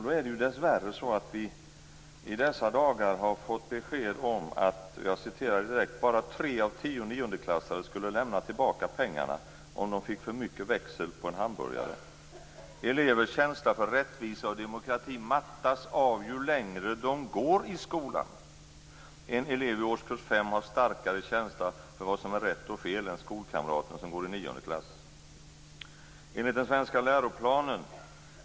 Nu är det ju dessvärre så att vi i dessa dagar har fått besked: "Bara tre av tio niondeklassare skulle lämna tillbaka pengarna om de fick för mycket växel på en hamburgare. Elevers känsla för rättvisa och demokrati mattas av ju längre de går i skolan. En elev i årskurs fem har starkare känsla för vad som är rätt och fel än skolkamraten som går i nionde klass. - Enligt den senaste läroplanen .